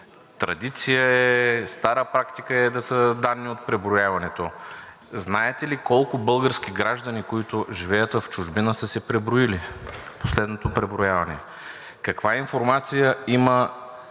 традиция, стара практика е да са данни от преброяването. Знаете ли колко български граждани, които живеят в чужбина са се преброили в последното преброяване? Каква информация има